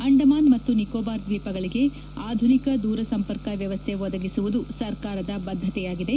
ಅಂಡಮಾನ್ ಮತ್ತು ನಿಕೋಬಾರ್ ದ್ವೀಪಗಳಿಗೆ ಆಧುನಿಕ ದೂರ ಸಂಪರ್ಕ ವ್ಯವಸ್ಥೆ ಒದಗಿಸುವುದು ಸರ್ಕಾರದ ಬದ್ದತೆಯಾಗಿದೆ